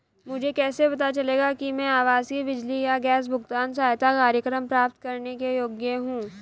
मुझे कैसे पता चलेगा कि मैं आवासीय बिजली या गैस भुगतान सहायता कार्यक्रम प्राप्त करने के योग्य हूँ?